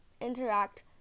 interact